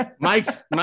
Mike's